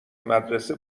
مدرسه